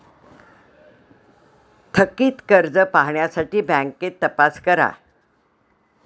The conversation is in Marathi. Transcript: थकित कर्ज पाहण्यासाठी बँकेत तपास करा